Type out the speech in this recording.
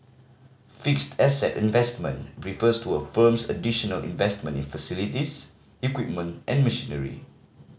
fixed asset investment refers to a firm's additional investment in facilities equipment and machinery